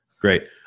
Great